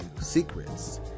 secrets